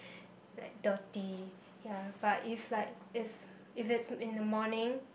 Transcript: like dirty ya but if like is if it's in the morning